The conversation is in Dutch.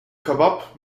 kebab